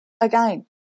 Again